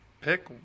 pick